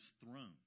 throne